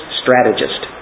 strategist